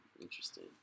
interesting